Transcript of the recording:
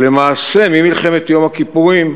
למעשה, ממלחמת יום הכיפורים,